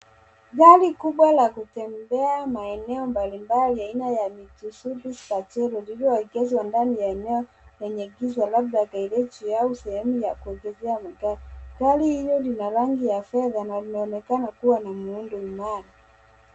Gari kubwa la kutembea maeneo mbalimbali aina ya Mitsubishi Pajero lililoegezwa ndani ya eneo lenye giza labda gereji au sehemu ya kuingizia magari. Gari hilo lina rangi ya fedha na linaonekana kuwa na muundo imara.